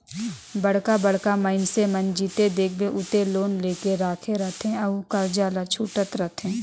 बड़का बड़का मइनसे मन जिते देखबे उते लोन लेके राखे रहथे अउ करजा ल छूटत रहथे